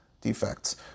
defects